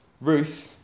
Ruth